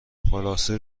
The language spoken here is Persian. خلاصه